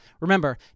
remember